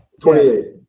28